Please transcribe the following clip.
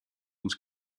uns